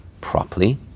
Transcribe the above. properly